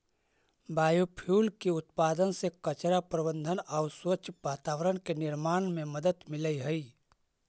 biofuel के उत्पादन से कचरा प्रबन्धन आउ स्वच्छ वातावरण के निर्माण में मदद मिलऽ हई